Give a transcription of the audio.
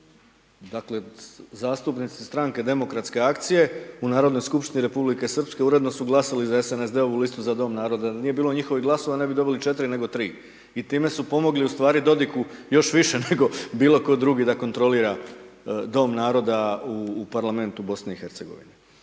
dakle, zastupnici Stranke demokratske akcije u Narodnoj skupštini Republike Srpske uredno su glasali za SNSD-ovu listu za dom naroda jer da nije bilo njihovih glasova ne bi dobili 4 nego 3 i time su zapravo pomogli u stvari Dodiku još više nego bilo tko drugi da kontrolira dom naroda u parlamentu u BiH.